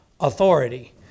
authority